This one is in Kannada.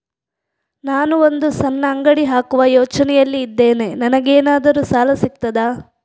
ನಾನು ಒಂದು ಸಣ್ಣ ಅಂಗಡಿ ಹಾಕುವ ಯೋಚನೆಯಲ್ಲಿ ಇದ್ದೇನೆ, ನನಗೇನಾದರೂ ಸಾಲ ಸಿಗ್ತದಾ?